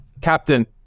Captain